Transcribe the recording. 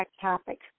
topic